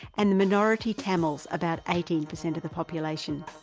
and the minority tamils, about eighteen percent of the population.